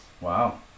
Wow